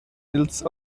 ils